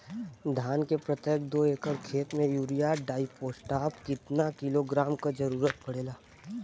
धान के प्रत्येक दो एकड़ खेत मे यूरिया डाईपोटाष कितना किलोग्राम क जरूरत पड़ेला?